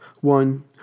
One